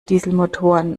dieselmotoren